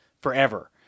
forever